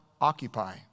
occupy